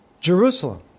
Jerusalem